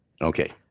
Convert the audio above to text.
okay